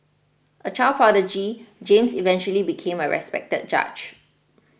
a child prodigy James eventually became a respected judge